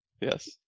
Yes